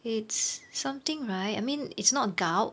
it's something right I mean it's not gout